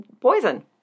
poison